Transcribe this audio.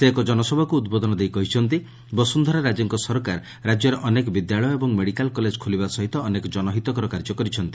ସେ ଏକ ଜନସଭାକୁ ଉଦ୍ବୋଧନ ଦେଇ କହିଛନ୍ତି ବସ୍ରନ୍ଧରା ରାଜେଙ୍କ ସରକାର ରାଜ୍ୟରେ ଅନେକ ବିଦ୍ୟାଳୟ ଏବଂ ମେଡିକାଲ୍ କଲେଜ ଖୋଲିବା ସହିତ ଅନେକ ଜନହିତକର କାର୍ଯ୍ୟ କରିଛନ୍ତି